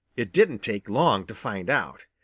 it didn't take long to find out.